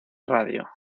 radio